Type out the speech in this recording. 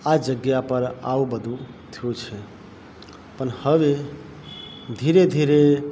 આ જગ્યા પર આવું બધુ થયું છે પણ હવે ધીરે ધીરે